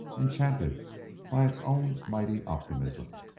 enchanted by its own mighty optimism.